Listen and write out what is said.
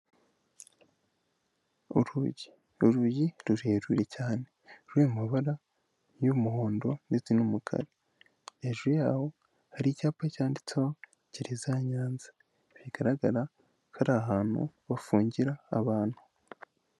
Urugi, urugi rurerure cyane ruri mu mamabara y'umuhondo ndetse n'umukara, hejuru yaho hari icyapa cyanditseho gereza ya Nyanza, bigaragara ko ari ahantu bafungira abantu.